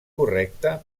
correcte